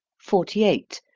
forty eight.